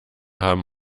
haben